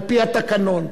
על-פי התקנון.